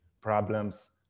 problems